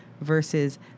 versus